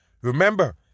remember